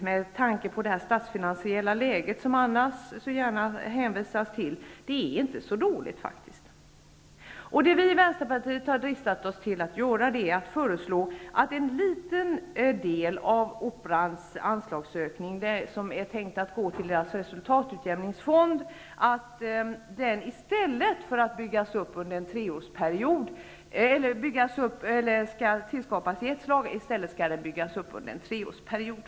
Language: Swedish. Med tanke på det statsfinansiella läge som annars så gärna hänvisas till, tycker vi att det inte är så dåligt. Vi i Vänsterpartiet har dristat oss till att föreslå, att en liten del av den ökning av anslaget som är tänkt att gå till Operans resultatutjämningsfond skall, i stället för att skapas i ett slag, byggas upp under en treårsperiod.